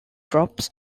drops